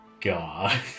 God